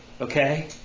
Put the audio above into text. okay